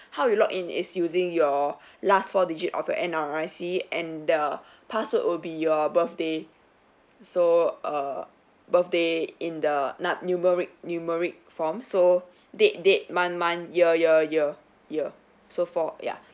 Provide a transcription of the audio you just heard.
how you log in is using your last four digit of your N_R_I_C and the password would be your birthday so err birthday in the num~ numeric numeric form so date date month month year year year year so four ya